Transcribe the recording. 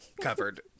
covered